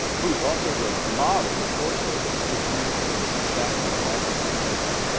who is also the model, the torso, that is used for the statue of washington later on,